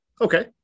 Okay